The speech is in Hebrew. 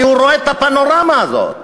כי הוא רואה את הפנורמה הזאת,